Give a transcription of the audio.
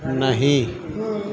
نہیں